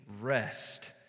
rest